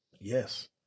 Yes